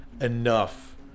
enough